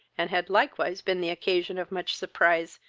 and had likewise been the occasion of much surprise,